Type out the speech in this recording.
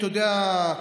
אתה יודע,